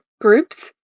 groups